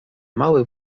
mały